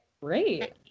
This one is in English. Great